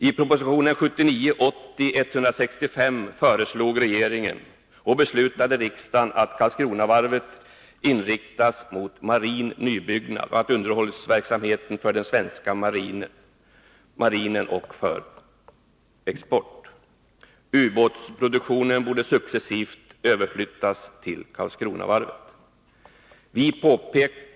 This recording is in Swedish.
I proposition 1979/80:165 föreslog regeringen, och riksdagen beslutade, att Karlskronavarvet inriktas mot marin nybyggnation och underhållsverksamhet för den svenska marinen och för export. Ubåtsproduktionen borde successivt överflyttas till Karlskronavarvet.